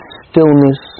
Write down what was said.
stillness